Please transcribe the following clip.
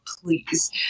please